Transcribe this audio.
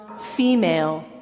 female